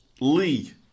Lee